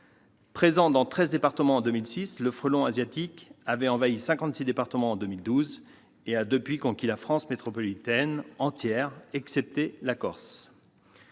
Présent dans treize départements en 2006, le frelon asiatique avait envahi cinquante-six départements en 2012 et a depuis conquis la France métropolitaine entière, à l'exception de la Corse.